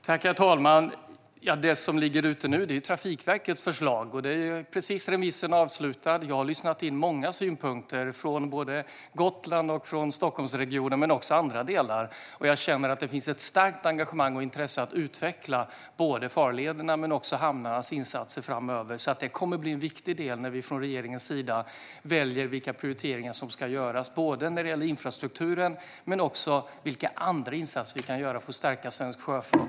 Herr talman! Det som ligger ute nu är Trafikverkets förslag. Remissrundan är precis avslutad. Jag har lyssnat in många synpunkter från såväl Gotland och Stockholmsregionen som från andra delar. Jag känner att det finns ett starkt engagemang och intresse för att framöver utveckla insatserna vad gäller såväl farlederna som hamnarna. Detta kommer att bli en viktig del när vi från regeringens sida väljer vilka prioriteringar som ska göras, både när det gäller infrastrukturen och vilka andra insatser vi kan göra för att stärka svensk sjöfart.